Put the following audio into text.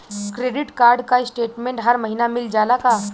Credit card क statement हर महिना मिल जाला का?